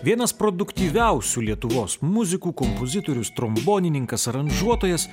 vienas produktyviausių lietuvos muzikų kompozitorius trombonininkas aranžuotojas